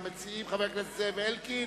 המציעים, חבר הכנסת זאב אלקין,